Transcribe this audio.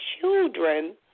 children